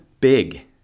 big